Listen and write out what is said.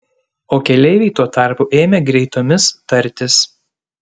o keleiviai tuo tarpu ėmė greitomis tartis